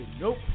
Nope